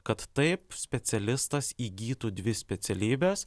kad taip specialistas įgytų dvi specialybes